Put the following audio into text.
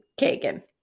kagan